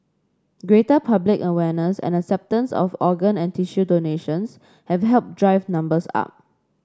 greater public awareness and acceptance of organ and tissue donations have helped drive numbers up